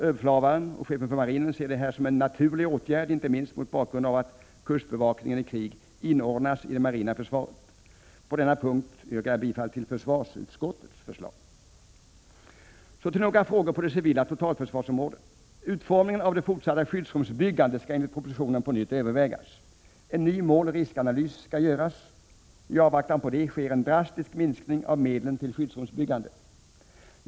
Överbefälhavaren och chefen för marinen ser detta som en naturlig åtgärd, inte minst mot bakgrund av att kustbevakningen i krig inordnas i det marina försvaret. På denna punkt yrkar jag bifall till försvarsutskottets förslag. Så till några frågor på det civila totalförsvarsområdet. Utformningen av det fortsatta byggandet av skyddsrum skall enligt propositionen på nytt övervägas. En ny måloch riskanalys skall göras. I avvaktan på detta sker en drastisk minskning av medlen för byggande av skyddsrum.